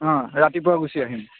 অ' ৰাতিপুৱা গুচি আহিম